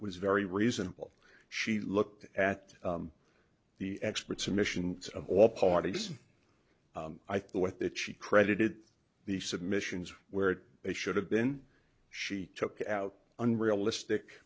was very reasonable she looked at the experts and missions of all parties i thought that she credited these submissions where they should have been she took out unrealistic